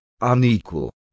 unequal